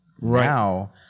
Now